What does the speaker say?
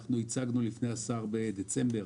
הצגנו בפני השר בדצמבר